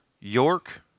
York